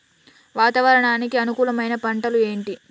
వాతావరణానికి అనుకూలమైన పంటలు ఏంటి?